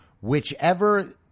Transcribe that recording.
whichever